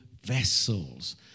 vessels